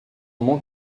moment